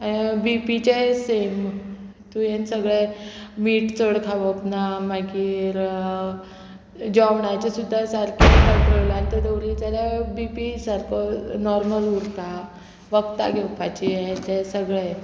बीपीचें सेम तुवेंन सगळे मीठ चड खावप ना मागीर जेवणाचे सुद्दां सारके कंट्रोलान ते दवरीत जाल्यार बीपी सारको नॉर्मल उरता वखदां घेवपाचें हें तें सगळें